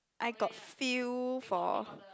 I got feel for